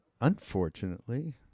unfortunately